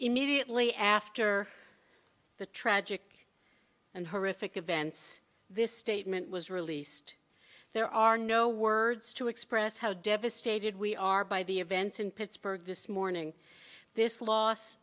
immediately after the tragic and horrific events this statement was released there are no words to express how devastated we are by the events in pittsburgh this morning this loss